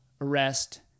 arrest